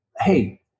hey